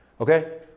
Okay